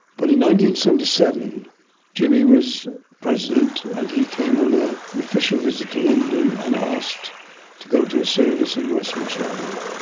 but seventy seven jimmy was president and he came on ah an official visit to london and asked to go to a service in westminster abbey.